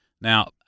Now